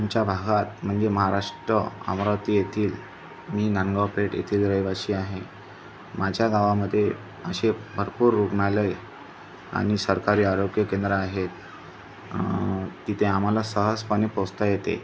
आमच्या भागात म्हणजे महाराष्ट्र अमरावती येथील मी नांदगाव पेठ येथील रहिवासी आहे माझ्या गावामध्ये असे भरपूर रुग्णालय आणि सरकारी आरोग्य केंद्र आहेत तिथे आम्हाला सहजपणे पोचता येते